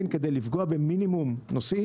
העבודות בקו הזה נעשות מיום חמישי